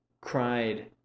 cried